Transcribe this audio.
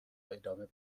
ادامه